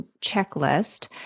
checklist